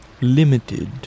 limited